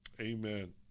Amen